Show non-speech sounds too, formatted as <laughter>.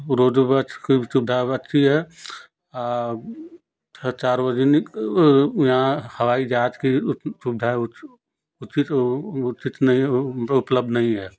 roadways bus की सुविधा अच्छी है <unintelligible> सार्वजनिक यहाँ हवाई जहाज़ की सुविधाएँ उचित उचित नहीं उपलब्ध नहीं है